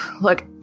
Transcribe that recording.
look